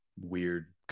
weird